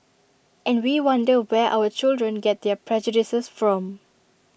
and we wonder where our children get their prejudices from